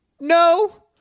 No